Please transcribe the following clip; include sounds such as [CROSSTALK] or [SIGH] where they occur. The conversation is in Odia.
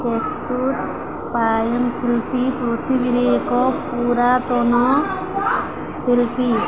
[UNINTELLIGIBLE] ପାୟନିଶିଳ୍ପୀ ପୃଥିବୀରେ ଏକ ପୁରାତନ ଶିଳ୍ପୀ